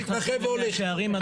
היום לא נכנסים למאה שערים?